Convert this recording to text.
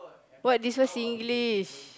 what this one Singlish